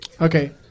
Okay